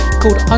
called